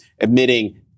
admitting